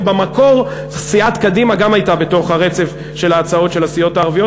ובמקור סיעת קדימה גם הייתה בתוך הרצף של ההצעות של הסיעות הערביות.